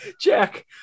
Jack